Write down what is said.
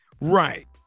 Right